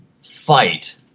fight